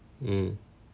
mm